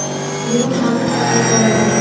गेंहू धान क कटाई कइल जाला